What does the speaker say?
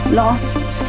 lost